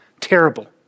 terrible